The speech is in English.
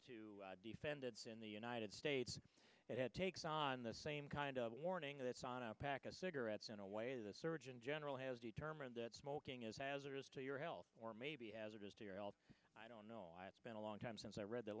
to defendants in the united states that had takes on the same kind of warning that it's on a pack of cigarettes in a way the surgeon general has determined that smoking is hazardous to your health or maybe as it is to your health i don't know it's been a long time since i read the